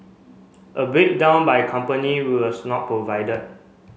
a breakdown by company was not provided